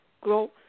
grow